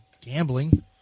gambling